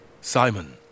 Simon